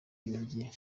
yongeye